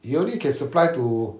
he only can supply to